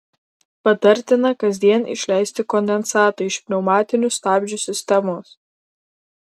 patartina kasdien išleisti kondensatą iš pneumatinių stabdžių sistemos